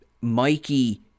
Mikey